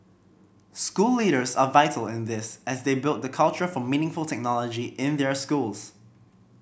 school leaders are vital in this as they build the culture for meaningful technology in their schools